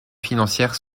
financières